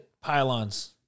pylons